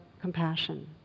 compassion